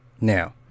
Now